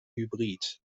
hybrid